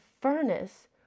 furnace